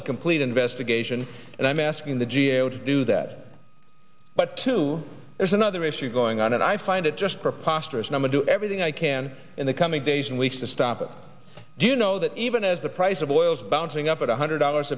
and complete investigation and i'm asking the g a o to do that but too there's another issue going on and i find it just preposterous number do everything i can in the coming days and weeks to stop it do you know that even as the price of oil is bouncing up at one hundred dollars